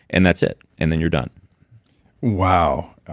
and that's it, and then you're done wow, ah